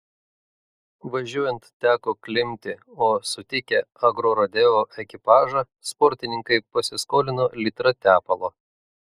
važiuojant teko klimpti o sutikę agrorodeo ekipažą sportininkai pasiskolino litrą tepalo